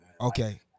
Okay